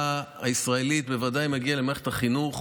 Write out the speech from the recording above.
הישראלית בוודאי מגיע למערכת החינוך.